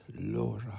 Laura